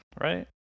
right